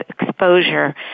exposure